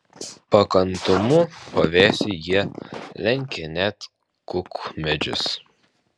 pakantumu pavėsiui jie lenkia net kukmedžius